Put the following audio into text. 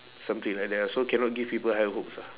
something like that ah so cannot give people high hopes lah